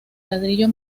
ladrillo